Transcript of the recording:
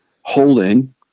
holding